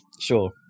Sure